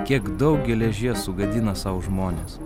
kiek daug geležies sugadina sau žmones